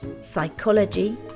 psychology